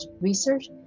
research